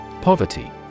Poverty